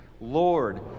Lord